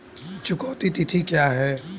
चुकौती तिथि क्या है?